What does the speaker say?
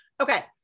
Okay